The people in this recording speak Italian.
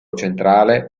centrale